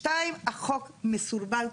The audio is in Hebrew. שתיים, החוק מסורבל.